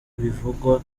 bivugwa